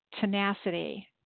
tenacity